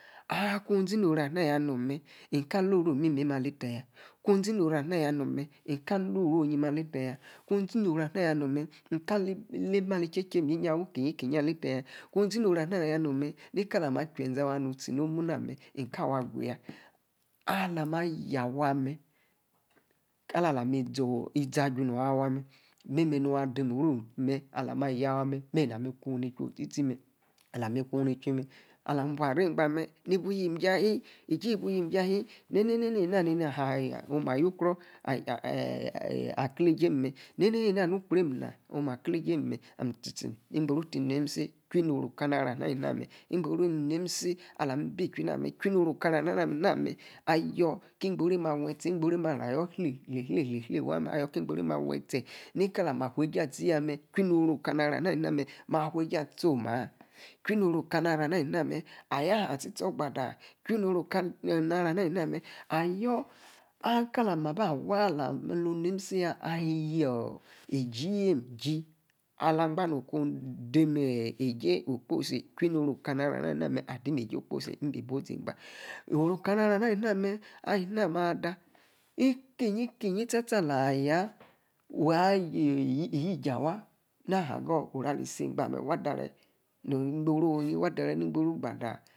Aku. azi no-oro. na ya nom mer. ika alruu imi-mem. aletay ku-zi no-oro na ya nom-mer. ika alutu. onyim aletay. ku-zi no-orona ya. nomer ika leba. mali-che-chem inyi aletaya. ku zi no-oro ana ya nom. ni-kalam. ache-zee. awuu. utie nomu. namer. inka awa. agu-ua. alah-ma-yawa mer. kalami. za-ajunor. awa. mer-memer. no-adem oru. alama. aya. mer nami-iku. ni-ichwi. otie-tie. mer. alami. iku ni-ichui. ijie. ahie iji. ibu yim-ji. ahie. ne-ne-nena. ha. ayor-ukro, akle-ejim mer. ami-tie. tie igboru tie. nimisi. alami. bi chui. namer oru-okana. aro. ana. ayor. ki igboru-mim. awey tie. igboru-mim. ala-ayor. hley-hley-hley ayor. ki-igboru mim awetie. ni-kalama-afuu-ejie. atie ya mer. ichwi no-oru. okana-aru mer. ma fuu eaie-ah. atie-oh maa. chwi. no-oru. okana. naro. ana alinamer adim ejie. okposi. ibi-bu. tie. oru-okana-naro ana. ali-nammer. ali-nammer ada. ni-keyi-kieyi sta-sta. alah. ya. waa. eyie-ijie. awaa. na. aha-agor. oru. ali-so-rgba eaa dareti ni-igboru oh-yi-ni-igboru gbadaa